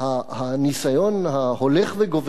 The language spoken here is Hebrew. הניסיון ההולך וגובר הזה,